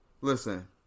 Listen